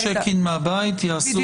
כמו שעושים צ'ק אין מהבית, כך יעשו.